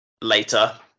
later